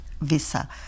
visa